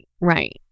right